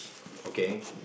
okay